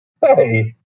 Hey